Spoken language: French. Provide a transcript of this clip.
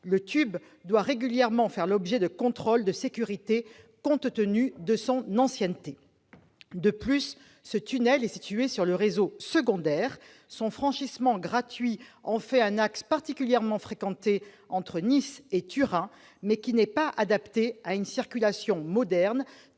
Le tube doit régulièrement faire l'objet de contrôles de sécurité, compte tenu de son ancienneté. De plus, ce tunnel est situé sur le réseau secondaire. Son franchissement gratuit en fait un axe particulièrement fréquenté entre Nice et Turin, et, pourtant, inadapté à une circulation moderne